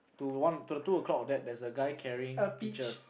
to one to the two o-clock that there's a guy carrying peaches